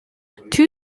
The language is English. two